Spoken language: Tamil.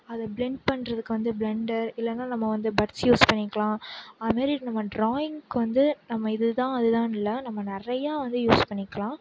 அதை பிளெண்ட் பண்ணுறதுக்கு வந்து பிளெண்டர் இல்லைனா நம்ம வந்து பட்ஸ் யூஸ் பண்ணிக்கலாம் அந்மாரி நம்ம டிராயிங்க்கு வந்து நம்ம இது தான் அது தான் இல்லை நம்ம நிறையா வந்து யூஸ் பண்ணிக்கலாம்